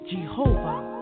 Jehovah